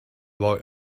boy